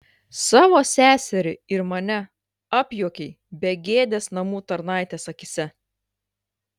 savo seserį ir mane apjuokei begėdės namų tarnaitės akyse